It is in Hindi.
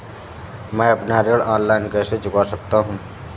मैं अपना ऋण ऑनलाइन कैसे चुका सकता हूँ?